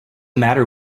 matter